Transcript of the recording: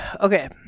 Okay